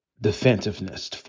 defensiveness